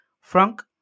Frank